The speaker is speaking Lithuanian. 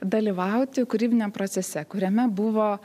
dalyvauti kūrybiniam procese kuriame buvo